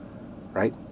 right